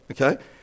okay